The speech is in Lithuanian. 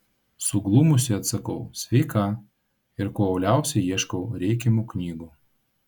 suglumusi atsakau sveika ir kuo uoliausiai ieškau reikiamų knygų